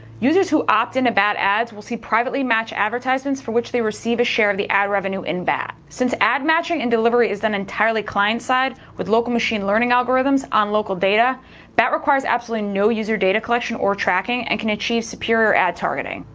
users who opt into bat ads will see privately matched advertisements for which they receive a share of the ad revenue in bat. since ad matching and delivery is an entirely client-side, with local machine learning algorithms on local data that requires absolutely no user data collection or tracking and can achieve superior ad targeting.